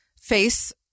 face